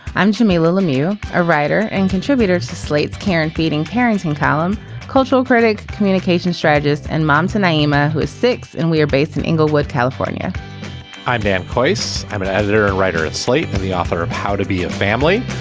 i'm jamilah lemieux a writer and contributor to slate's karen feeding parenting column cultural critic communication strategies and moms and ama who is six and we are based in inglewood california i'm damn place i'm an editor and ah writer at slate and the author of how to be a family.